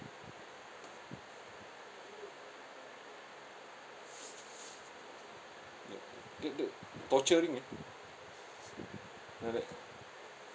that that torturing eh like that